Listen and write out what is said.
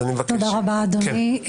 תודה רבה, אדוני.